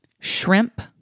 Shrimp